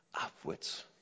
Upwards